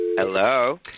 Hello